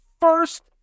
first